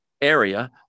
area